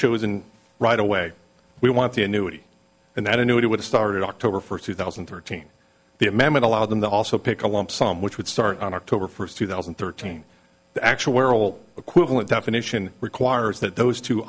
chosen right away we want the annuity and that annuity would have started october first two thousand and thirteen the amendment allowed them to also pick a lump sum which would start on october first two thousand and thirteen the actual equivalent definition requires that those two